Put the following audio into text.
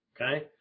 Okay